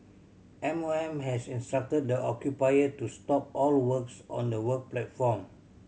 M O M has instructed the occupier to stop all works on the work platform